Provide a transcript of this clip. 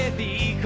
the